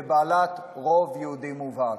ובעלת רוב יהודי מובהק.